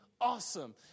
awesome